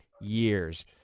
years